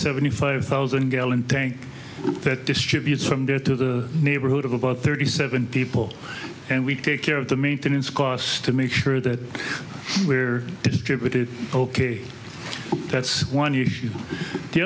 seventy five thousand gallon tank that distributes from there to the neighborhood of about thirty seven people and we take care of the maintenance costs to make sure that we're distributed ok that's one huge the